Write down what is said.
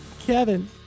Kevin